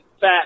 fat